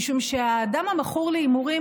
משום שהאדם המכור להימורים,